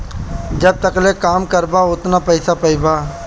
जब तकले काम करबा ओतने पइसा पइबा